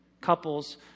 Couples